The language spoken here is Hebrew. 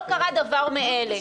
לא קרה דבר מאלה.